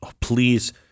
please